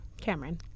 Cameron